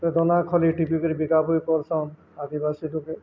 ତେ ଦନା ଖଲି ଟିପିକରି ବିକାବ ହୋଇ କରସନ୍ ଆଦିବାସୀ ଟକେ